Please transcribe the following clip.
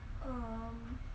um